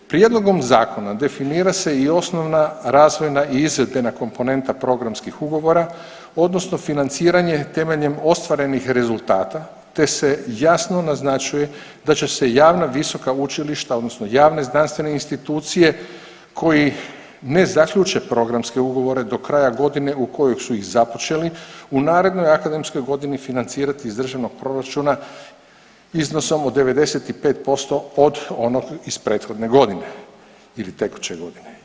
Prijedlogom zakona definira se i osnovna razvojna i izvedbena komponenta programskih ugovora odnosno financiranje temeljem ostvarenih rezultata te se jasno naznačuje da će se javna visoka učilišta odnosno javne znanstvene institucije koji ne zaključe programske ugovore do kraja godine u kojoj su i započeli u narednoj akademskoj godini financirati iz državnog proračuna iznosom od 95% od onog iz prethodne godine ili tekuće godine.